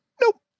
nope